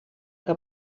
que